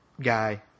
guy